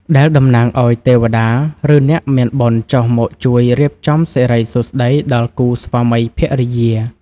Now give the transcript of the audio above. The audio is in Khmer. ដែលតំណាងឱ្យទេវតា ឬអ្នកមានបុណ្យចុះមកជួយរៀបចំសិរីសួស្តីដល់គូស្វាមីភរិយា។